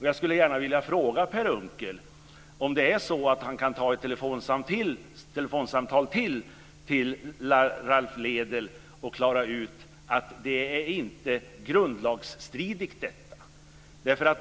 Jag skulle gärna vilja fråga Per Unckel om han kan ta ett telefonsamtal till med Ralph Lédel och klara ut att detta inte är grundlagsstridigt.